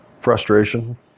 frustration